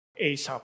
Aesop